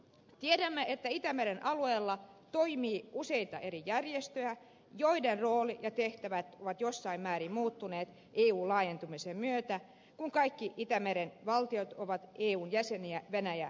tiedämme että itämeren alueella toimii useita eri järjestöjä joiden rooli ja tehtävä ovat jossain määrin muuttuneet eun laajentumisen myötä kun kaikki itämeren valtiot ovat eun jäseniä venäjää lukuun ottamatta